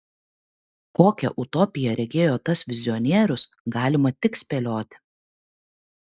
kokią utopiją regėjo tas vizionierius galima tik spėlioti